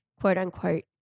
quote-unquote